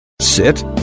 Sit